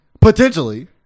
potentially